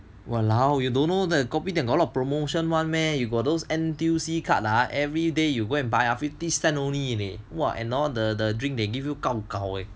!walao! you don't know the kopitiam alot of promotion [one] meh you got those N_T_U_C card ah everyday you go and buy ah fifty cent only only eh the drink they give you gao gao